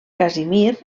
casimir